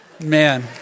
Man